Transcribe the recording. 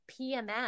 PMS